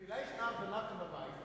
אולי ישנה הבנה כאן בבית,